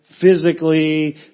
Physically